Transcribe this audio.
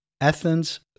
Athens